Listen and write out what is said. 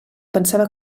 pensava